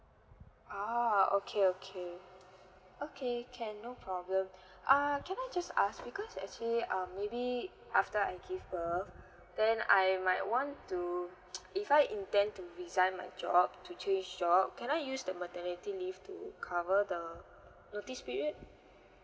oh okay okay okay can no problem uh can I just ask because actually um maybe after I give birth then I might want to if I intend to resign my job to change job can I use the maternity leave to cover the notice period